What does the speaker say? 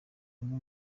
amwe